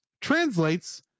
translates